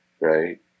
right